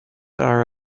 are